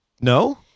No